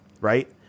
right